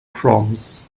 proms